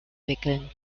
wickeln